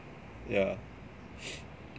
yeah